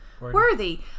worthy